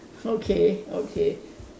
okay okay